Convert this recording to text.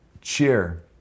cheer